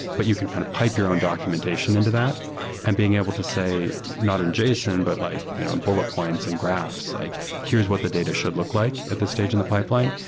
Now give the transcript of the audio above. but you can kind of pipe your own documentation into that and being able to say not in json, but like you know bullet points and graphs, like, here's what the data should look like at this stage in the pipeline,